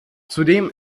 zudem